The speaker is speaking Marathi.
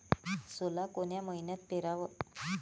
सोला कोन्या मइन्यात पेराव?